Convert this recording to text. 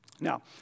Now